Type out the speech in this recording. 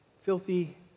filthy